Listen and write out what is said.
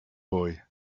boy